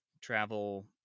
travel